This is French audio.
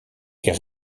est